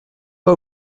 pas